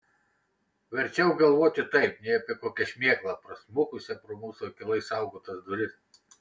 verčiau galvoti taip nei apie kokią šmėklą prasmukusią pro mūsų akylai saugotas duris